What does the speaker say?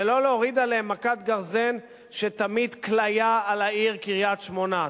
ולא להוריד עליהם מכת גרזן שתמיט כליה על העיר קריית-שמונה.